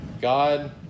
God